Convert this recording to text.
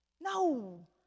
No